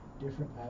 different